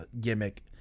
gimmick